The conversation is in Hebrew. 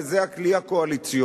וזה הכלי הקואליציוני,